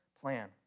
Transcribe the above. plan